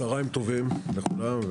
צהריים טובים לכולם.